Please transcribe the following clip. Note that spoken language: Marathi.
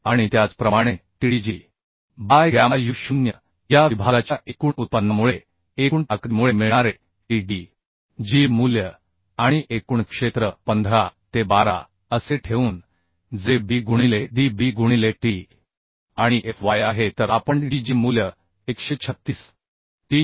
आणि त्याचप्रमाणे Tdg बाय गॅमा यू 0 या विभागाच्या एकूण उत्पन्नामुळे एकूण ताकदीमुळे मिळणारे टी डी जी मूल्य आणि एकूण क्षेत्र 15 ते 12 आह असे ठेवून जे बी गुणिले डी बी गुणिले टी आणि एफ वाय आहे तर आपण टी डी जी मूल्य 136